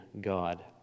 God